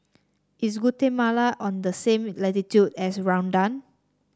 is Guatemala on the same latitude as Rwanda